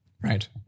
Right